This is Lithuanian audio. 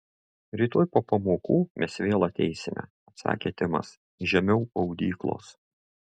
rytoj po pamokų mes vėl ateisime atsakė timas žemiau audyklos